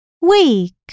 Week